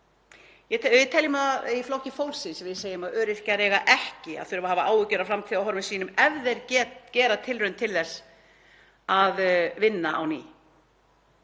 Við í Flokki fólksins segjum að öryrkjar eigi ekki að þurfa að hafa áhyggjur af framtíðarhorfum sínum ef þeir gera tilraun til þess að vinna á ný.